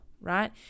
right